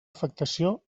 afectació